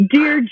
Dear